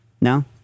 No